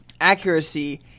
accuracy